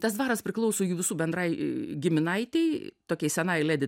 tas dvaras priklauso jų visų bendrai giminaitei tokiai senai ledi